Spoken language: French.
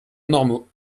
anormaux